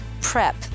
PREP